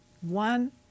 One